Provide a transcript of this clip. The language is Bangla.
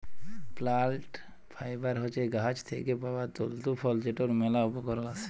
প্লাল্ট ফাইবার হছে গাহাচ থ্যাইকে পাউয়া তল্তু ফল যেটর ম্যালা উপকরল আসে